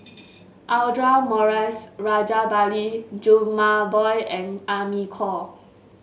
Audra Morrice Rajabali Jumabhoy and Amy Khor